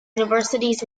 universities